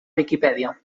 viquipèdia